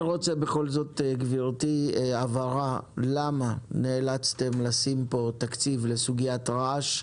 אני רוצה בכל זאת הבהרה למה נאלצתם לשים פה תקציב לסוגיית רעש,